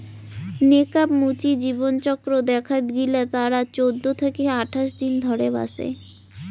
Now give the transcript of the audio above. নেকাব মুচি জীবনচক্র দেখাত গিলা তারা চৌদ্দ থাকি আঠাশ দিন ধরে বাঁচে